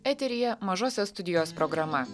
eteryje mažosios studijos programa